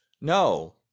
no